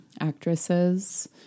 actresses